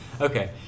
Okay